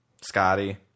Scotty